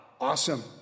Awesome